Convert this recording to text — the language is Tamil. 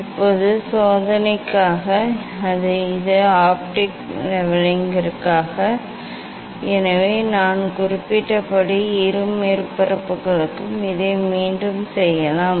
இப்போது சோதனைக்காக இது ஆப்டிகல் லெவலிங்கிற்காக எனவே நான் குறிப்பிட்டபடி இரு மேற்பரப்புகளுக்கும் இதை மீண்டும் செய்யலாம்